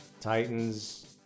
Titans